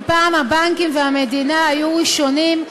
אם פעם הבנקים והמדינה היו ראשונים,